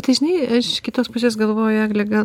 tai žinai iš kitos pusės galvoju egle gal